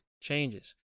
changes